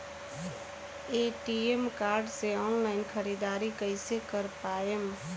ATM card से online ख़रीदारी कइसे कर पाएम?